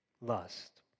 lust